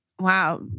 Wow